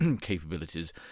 capabilities